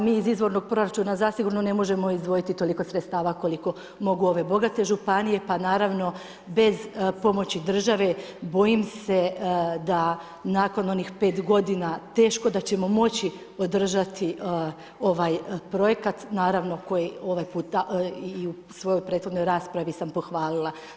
Mi iz izvornog proračuna zasigurno ne možemo izdvojiti toliko sredstava koliko mogu ove bogate županije, pa naravno bez pomoći države bojim se da nakon onih pet godina teško da ćemo moći održati ovaj projekat naravno koji ovaj puta i u svojoj prethodnoj raspravi sam pohvalila.